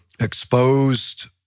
exposed